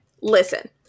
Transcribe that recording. Listen